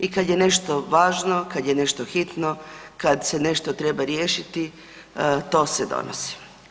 I kad je nešto važno, kad je nešto hitno, kad se nešto treba riješiti, to se donosi.